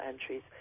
entries